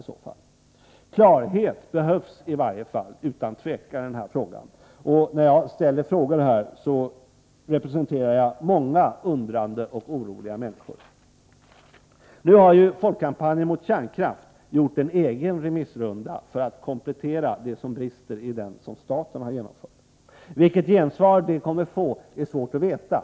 63 Klarhet behövs utan tvivel i den här frågan. När jag ställer frågor här, representerar jag många undrande och oroliga människor. Nu har Folkkampanjen mot kärnkraft gjort en egen remissrunda för att komplettera det som brister i den som staten har genomfört. Vilket gensvar den kommer att få är svårt att veta.